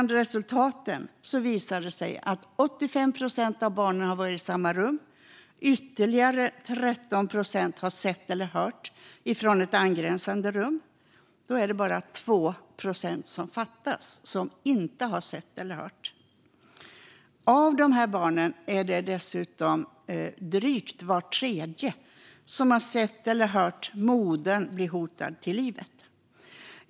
Det visade sig att 85 procent av barnen hade varit i samma rum som misshandel skedde och att ytterligare 13 procent hade sett eller hört det från ett angränsande rum, och då är det bara 2 procent som fattas som inte har sett eller hört något. Av de här barnen hade dessutom drygt vart tredje barn sett eller hört modern bli hotad till livet.